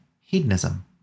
hedonism